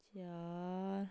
ਚਾਰ